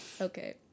okay